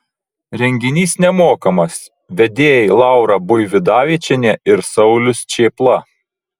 renginys nemokamas vedėjai laura buividavičienė ir saulius čėpla